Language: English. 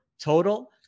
total